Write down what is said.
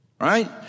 right